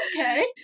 okay